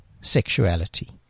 sexuality